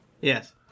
Yes